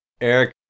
Eric